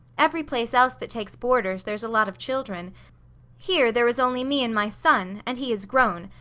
every place else that takes boarders there's a lot of children here there is only me and my son, and he is grown,